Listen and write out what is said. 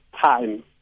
time